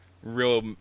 Real